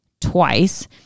twice